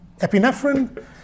epinephrine